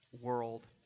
world